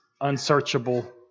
unsearchable